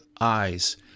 eyes